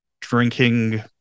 drinking